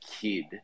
kid